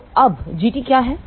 तो अब Gt क्या है